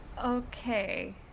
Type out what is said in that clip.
okay